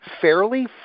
Fairly